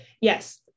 Yes